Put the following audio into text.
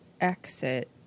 exit